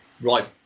right